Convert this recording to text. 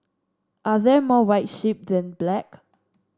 are there more white sheep than black